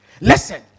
Listen